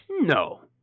No